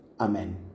Amen